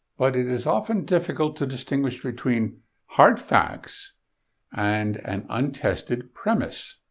but it is often difficult to distinguish between hard facts and and untested premises,